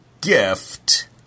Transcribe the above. gift